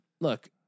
look